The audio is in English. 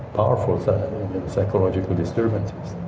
powerful psychological disturbances